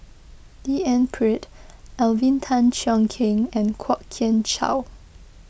D N Pritt Alvin Tan Cheong Kheng and Kwok Kian Chow